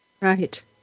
Right